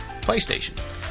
PlayStation